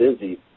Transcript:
busy